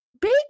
Big